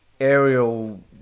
aerial